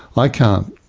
i can't